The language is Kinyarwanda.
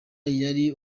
yari